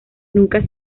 nunca